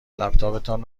لپتاپتان